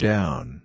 Down